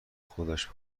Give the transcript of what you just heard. خودش